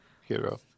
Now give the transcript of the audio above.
Hero